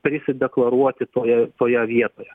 prisideklaruoti toje toje vietoje